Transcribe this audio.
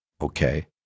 okay